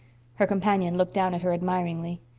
her companion looked down at her admiringly.